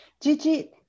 Gigi